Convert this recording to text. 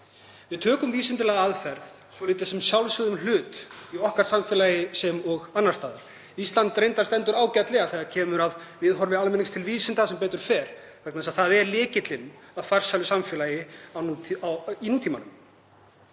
Við tökum vísindalega aðferð svolítið sem sjálfsögðum hlut í samfélagi okkar sem og annars staðar. Ísland stendur sem betur fer ágætlega þegar kemur að viðhorfi almennings til vísinda vegna þess að það er lykillinn að farsælu samfélagi í nútímanum.